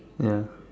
ya